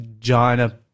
China